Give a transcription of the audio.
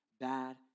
bad